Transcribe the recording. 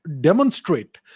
demonstrate